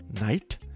night